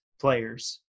players